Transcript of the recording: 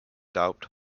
doubt